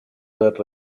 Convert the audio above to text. that